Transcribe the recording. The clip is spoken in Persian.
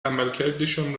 عملکردشان